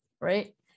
right